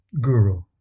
guru